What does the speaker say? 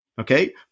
Okay